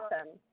awesome